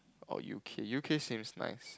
or U_K U_K seems nice